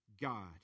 God